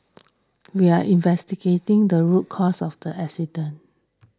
we are investigating the root cause of the accident